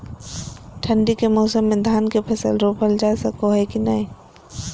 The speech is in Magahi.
ठंडी के मौसम में धान के फसल रोपल जा सको है कि नय?